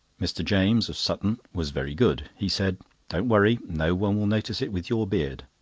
mr. james, of sutton, was very good he said don't worry no one will notice it with your beard.